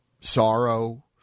sorrow